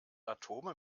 atome